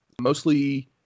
Mostly